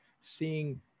seeing